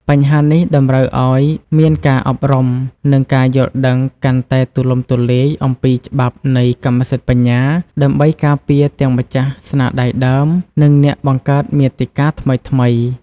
បញ្ហានេះតម្រូវឲ្យមានការអប់រំ និងការយល់ដឹងកាន់តែទូលំទូលាយអំពីច្បាប់នៃកម្មសិទ្ធិបញ្ញា ដើម្បីការពារទាំងម្ចាស់ស្នាដៃដើម និងអ្នកបង្កើតមាតិកាថ្មីៗ។